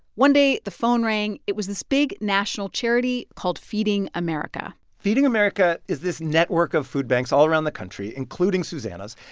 one day, the phone rang. it was this big, national charity called feeding america feeding america is this network of food banks all around the country, including susannah's.